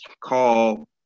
call